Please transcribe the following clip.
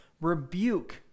rebuke